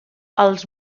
els